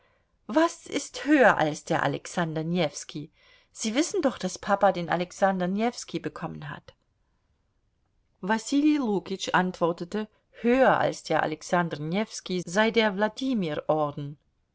was ist höher als der alexander newski sie wissen doch daß papa den alexander newski bekommen hat wasili lukitsch antwortete höher als der alexander newski sei der